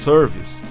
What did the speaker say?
Service